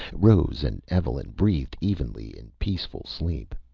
rose and evelyn breathed evenly in peaceful sleep.